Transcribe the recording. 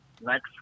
Next